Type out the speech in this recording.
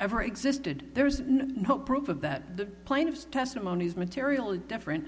ever existed there is no proof of that the plaintiff's testimony is materially different